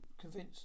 convinced